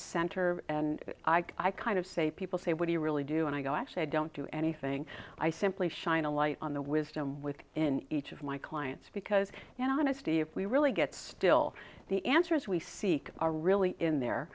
center and i kind of say people say what do you really do and i go actually i don't do anything i simply shine a light on the wisdom with in each of my clients because you know honesty if we really get still the answers we seek are really in there